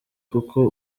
kuko